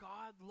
God